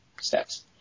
steps